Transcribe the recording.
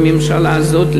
בממשלה הזאת,